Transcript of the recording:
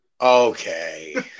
Okay